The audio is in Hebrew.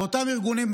ואותם ארגונים,